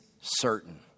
certain